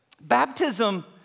baptism